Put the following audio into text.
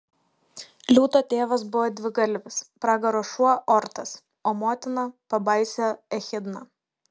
liūto tėvas buvo dvigalvis pragaro šuo ortas o motina pabaisa echidna